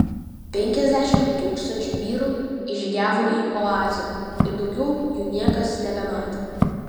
penkiasdešimt tūkstančių vyrų įžygiavo į oazę ir daugiau jų niekas nebematė